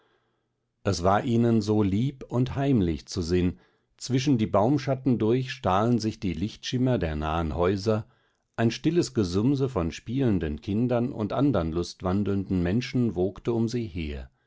es war ihnen so lieb und heimlich zu sinn zwischen die baumschatten durch stahlen sich die lichtschimmer der nahen häuser ein stilles gesumse von spielenden kindern und andern luftwandelnden menschen wogte um sie her